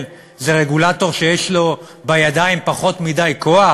זה רגולטור שיש לו בידיים פחות מדי כוח?